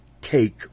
take